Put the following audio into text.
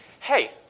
hey